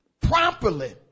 properly